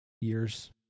years